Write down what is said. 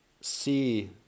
see